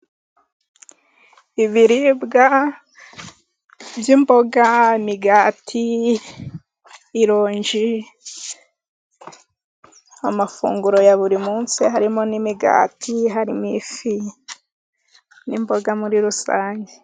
Ibiribwa by'imboga, imigati, amafunguro ya buri munsi harimo n'imigati, harimo ifi, n'imboga muri rusange.